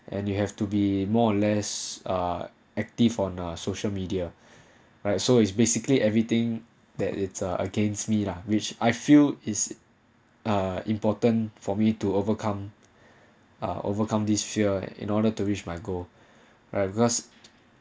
and you have to be more or less ah active on social media right so is basically everything that later against me lah which I feel is ah important for me to overcome ah overcome this year in order to reach my go august